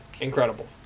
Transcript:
Incredible